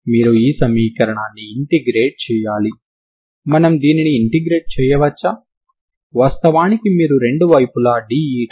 ఇక్కడ potential energy గా పిలవబడే ఎనర్జీ ఉంటుందని మీకు తెలుసు